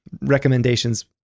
recommendations